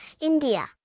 India